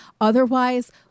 Otherwise